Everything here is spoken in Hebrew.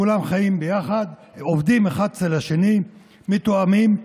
כולם חיים ביחד, עובדים אחד אצל השני, מתואמים,